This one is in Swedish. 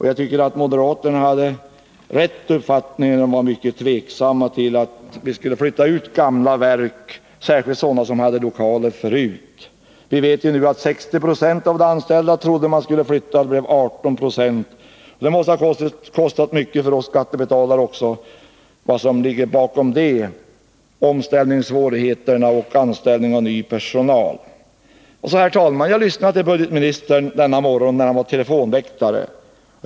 Jag tycker att moderaterna hade rätt uppfattning; vi var mycket tveksamma inför att flytta ut gamla verk, särskilt sådana som hade lokaler förut. Man trodde att 60 96 av de anställda skulle flytta, och det blev 18 96. Vad som ligger bakom detta förhållande måste också ha kostat mycket för oss skattebetalare — omställningssvårigheter och anställning av ny personal. Jag lyssnade till budgetministern i dag på morgonen när han var telefonväktare.